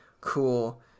Cool